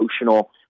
emotional